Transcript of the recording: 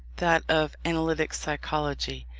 that of analytic psychology,